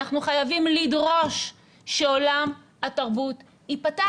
אנחנו חייבים לדרוש שעולם התרבות ייפתח